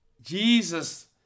Jesus